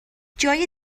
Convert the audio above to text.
جای